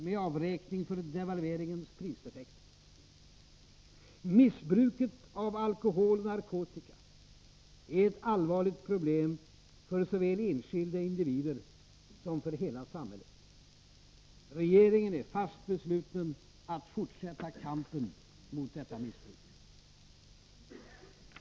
Missbruket av alkohol och narkotika är ett allvarligt problem såväl för enskilda individer som för hela samhället. Regeringen är fast besluten att fortsätta kampen mot detta missbruk.